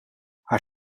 haar